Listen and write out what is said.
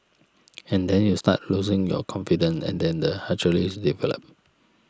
and then you start losing your confidence and then the hierarchies develop